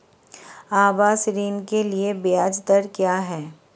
आवास ऋण के लिए ब्याज दर क्या हैं?